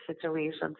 situations